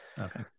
Okay